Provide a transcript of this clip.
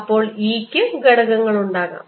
അപ്പോൾ E ക്ക് ഘടകങ്ങളുണ്ടാകാം